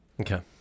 Okay